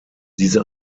diese